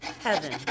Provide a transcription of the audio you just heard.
heaven